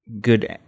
good